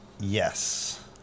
Yes